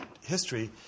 history